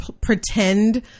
pretend